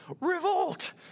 revolt